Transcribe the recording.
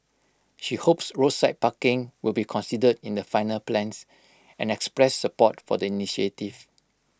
she hopes roadside parking will be considered in the final plans and expressed support for the initiative